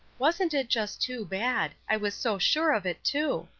wasn't it just too bad! i was so sure of it, too.